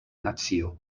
nacio